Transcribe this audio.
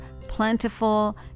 plentiful